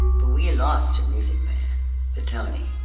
but we lost music to tony